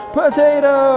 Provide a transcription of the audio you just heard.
potato